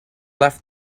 left